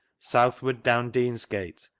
southward down deansgate,